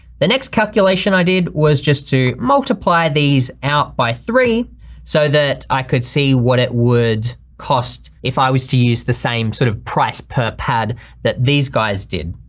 the next calculation i did was just to multiply these out by three so that i could see what it would cost, if i was to use the same sort of price per pad that these guys did.